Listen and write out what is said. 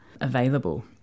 available